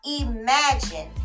Imagine